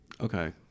Okay